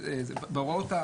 בהוראות,